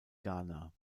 ghana